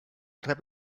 rep